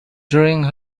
during